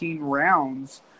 rounds